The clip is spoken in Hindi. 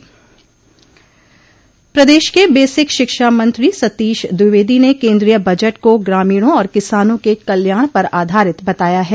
प्रदेश के बेसिक शिक्षा मंत्री सतीश द्विवेदी ने केन्द्रीय बजट को ग्रामीणों और किसानों के कल्याण पर आधारित बताया है